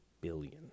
billion